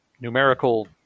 numerical